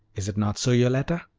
is it not so, yoletta?